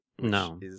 No